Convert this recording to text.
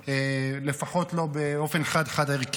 לפחות לא באופן חד-חד-ערכי.